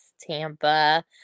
Tampa